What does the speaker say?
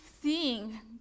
seeing